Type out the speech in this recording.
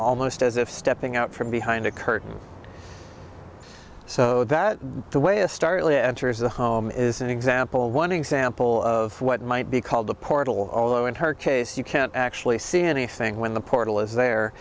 almost as if stepping out from behind a curtain so that the way a startling enters the home is an example one example of what might be called a portal although in her case you can't actually see anything when the